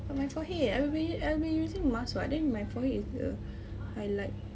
but my forehead I've been u~ I've been using mask [what] then my forehead is the highlight